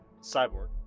cyborg